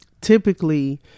typically